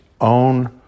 own